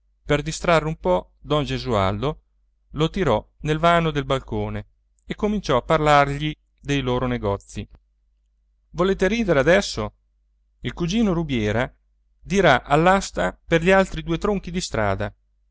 per distrarre un po don gesualdo lo tirò nel vano del balcone e cominciò a parlargli dei loro negozi volete ridere adesso il cugino rubiera dirà all'asta per gli altri due tronchi di strada